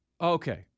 Okay